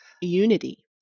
unity